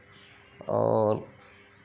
और